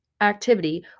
activity